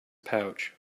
pouch